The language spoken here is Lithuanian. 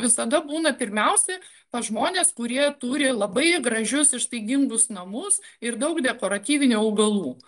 visada būna pirmiausia pas žmones kurie turi labai gražius ištaigingus namus ir daug dekoratyvinių augalų